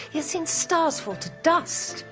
he has seen stars fall to dust.